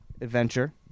adventure